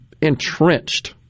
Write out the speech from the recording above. entrenched